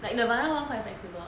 like nirvana [one] quite flexible